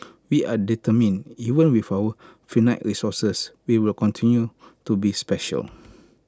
we are determined even with our finite resources we will continue to be special